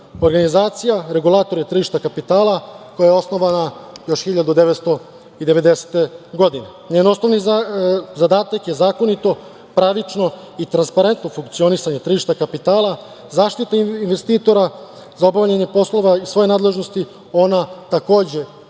organizacija, regulator je tržišta kapitala koja je osnovana još 1990. godine. Njen osnovni zadatak je zakonito, pravično i transparentno funkcionisanje tržišta kapitala, zaštita investitora. Za obavljanje poslova iz svoje nadležnosti ona takođe